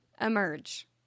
emerge